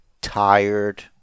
tired